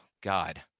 God